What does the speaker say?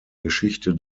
geschichte